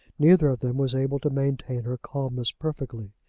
neither of them was able to maintain her calmness perfectly.